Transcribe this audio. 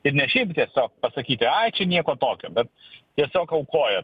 ir ne šiaip tiesiog pasakyti ai čia nieko tokio bet tiesiog aukoja